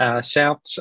south